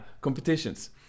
competitions